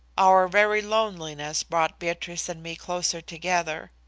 our very loneliness brought beatrice and me closer together.